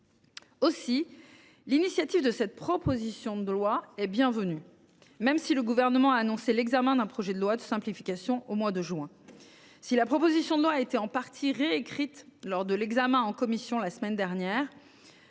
Aussi, l’initiative de cette proposition de loi est bienvenue, même si le Gouvernement a annoncé l’examen d’un projet de loi de simplification au mois de juin. Si la proposition de loi a été en partie réécrite lors de l’examen en commission la semaine dernière